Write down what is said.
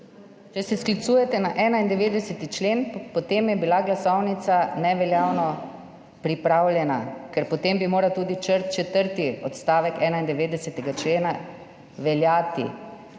Če se sklicujete na 91. člen, potem je bila glasovnica neveljavno pripravljena, ker potem bi moral tudi četrti odstavek 91. člena veljati.